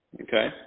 Okay